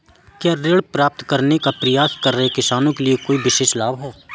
क्या ऋण प्राप्त करने का प्रयास कर रहे किसानों के लिए कोई विशेष लाभ हैं?